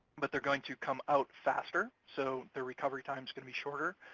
but they're going to come out faster, so their recovery time's gonna be shorter.